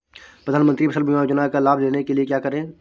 प्रधानमंत्री फसल बीमा योजना का लाभ लेने के लिए क्या करें?